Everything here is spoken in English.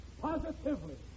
positively